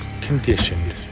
conditioned